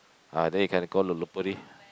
ah then you can go Lopburi